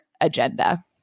agenda